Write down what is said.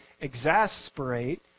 exasperate